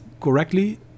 correctly